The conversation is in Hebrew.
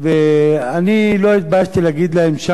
ואני לא התביישתי להגיד להם שם,